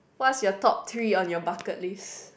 what's your top three on your bucket list